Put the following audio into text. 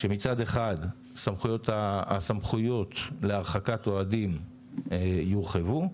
שמצד אחד הסמכויות להרחקת אוהדים יורחבו,